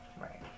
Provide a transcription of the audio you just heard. right